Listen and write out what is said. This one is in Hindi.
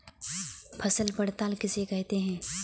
फसल पड़ताल किसे कहते हैं?